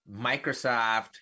Microsoft